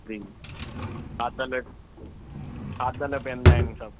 जी थादल थादल पीअंदा आहिनि सभु